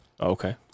Okay